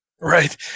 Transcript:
Right